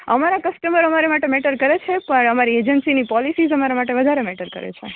અમારા કસ્ટમર અમારા માટે મેટર કરે છે પણ અમારી એજન્સીની પોલિસીસ અમારા માટે વધારે મેટર કરે છે